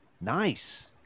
Nice